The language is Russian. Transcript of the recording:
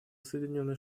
соединенные